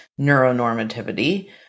neuronormativity